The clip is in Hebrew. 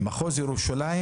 במחוז ירושלים